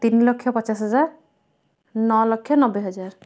ତିନି ଲକ୍ଷ ପଚାଶ ହଜାର ନଅଲକ୍ଷ ନବେ ହଜାର